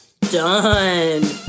done